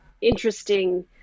interesting